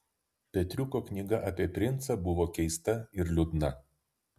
petriuko knyga apie princą buvo keista ir liūdna